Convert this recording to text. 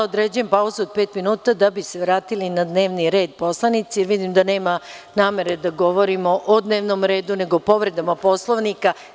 Određujem pauzu u trajanju od pet minuta da bi se vratili na dnevni red poslanici, jer vidim da nema namere da govorimo o dnevnom redu nego o povredama Poslovnika.